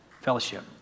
Fellowship